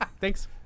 thanks